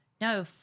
no